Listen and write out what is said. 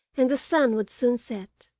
and the sun would soon set.